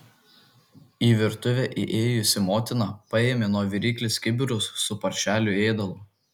į virtuvę įėjusi motina paėmė nuo viryklės kibirus su paršelių ėdalu